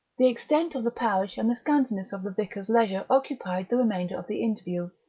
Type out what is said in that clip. the extent of the parish and the scantiness of the vicar's leisure occupied the remainder of the interview,